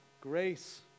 Grace